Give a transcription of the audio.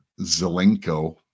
Zelenko